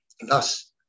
Thus